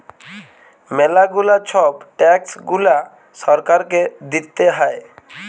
ম্যালা গুলা ছব ট্যাক্স গুলা সরকারকে দিতে হ্যয়